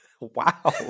Wow